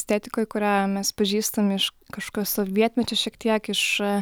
estetikoj kurią mes pažįstam iš kažkokio sovietmečio šiek tiek iš